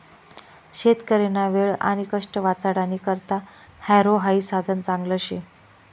शेतकरीना वेळ आणि कष्ट वाचाडानी करता हॅरो हाई साधन चांगलं शे